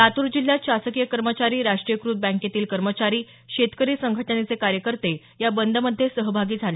लातूर जिल्ह्यात शासकीय कर्मचारी राष्ट्रीयकृत बँकेतील कर्मचारी शेतकरी संघटनेचे कार्यकर्ते या बंदमध्ये सहभागी झाले